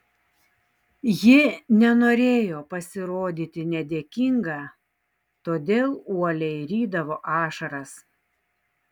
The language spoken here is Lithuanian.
ji nenorėjo pasirodyti nedėkinga todėl uoliai rydavo ašaras